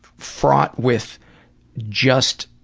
fraught with just,